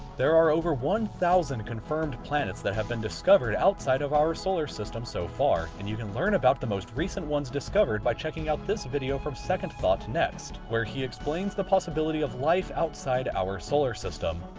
there are over one thousand confirmed planets that have been discovered outside of our solar system so far. and you can learn more about the most recent ones discovered by checking out this video from second thought next. where he explains the possibility of life outside our solar system.